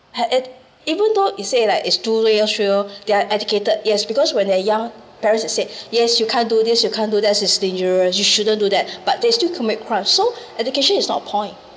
ha~ it even though you say like is two year three year they are educated yes because when they're young parents will say yes you can't do this you can't do that it's dangerous you shouldn't do that but they still commit crimes so education is not point